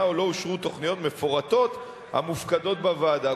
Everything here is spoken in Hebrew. או לא אושרו תוכניות מפורטות המופקדות בוועדה.